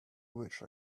wish